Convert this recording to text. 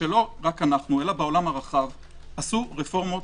לא רק אנחנו אלא בעולם הרחב עשו רפורמות